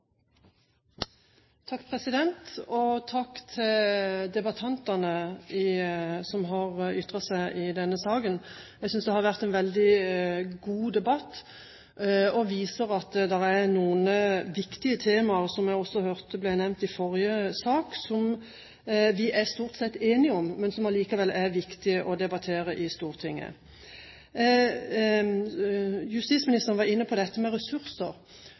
veldig god debatt. Den viser at dette er viktige temaer, som jeg også hørte ble nevnt i forrige sak, som vi stort sett er enige om, men som likevel er viktig å debattere i Stortinget. Justisministeren var inne på dette med ressurser